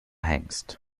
hengst